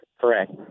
correct